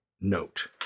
note